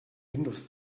windows